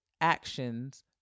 actions